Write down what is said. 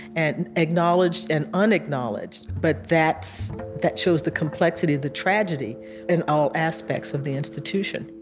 and acknowledged and unacknowledged, but that that shows the complexity, the tragedy in all aspects of the institution